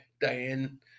Diane